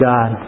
God